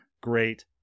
great